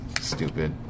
stupid